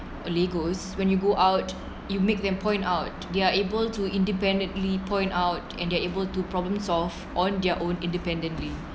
a Legos when you go out you makes them point out they're able to independently point out and they're able to problem solve on their own independently